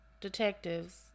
detectives